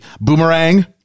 Boomerang